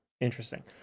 Interesting